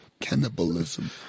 Cannibalism